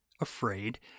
afraid